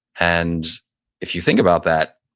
and if you think about that,